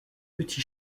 petit